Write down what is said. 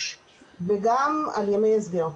וגם על ימי הסגר.